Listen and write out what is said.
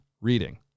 reading